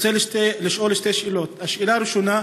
אני רוצה לשאול שתי שאלות: השאלה הראשונה,